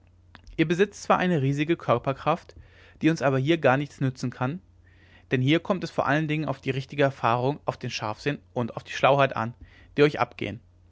ihr besitzt zwar eine riesige körperkraft die uns aber hier gar nichts nützen kann denn hier kommt es vor allen dingen auf die richtige erfahrung auf den scharfsinn und die schlauheit an die euch abgehen